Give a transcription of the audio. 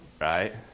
Right